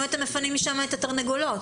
אתם מפנים משם את התרנגולות.